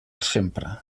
sempre